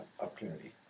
opportunity